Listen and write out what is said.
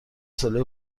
ساله